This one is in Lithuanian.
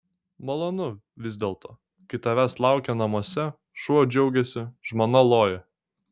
malonu vis dėlto kai tavęs laukia namuose šuo džiaugiasi žmona loja